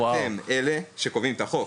אתם אלה שקובעים את החוק,